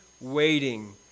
waiting